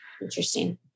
Interesting